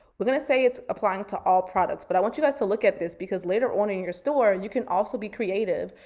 we're gonna say it's applying to all products, but i want you guys to look at this because later on in your store, you can also be creative.